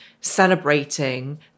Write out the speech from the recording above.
celebrating